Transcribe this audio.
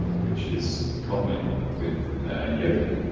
which is cognate with a yoke,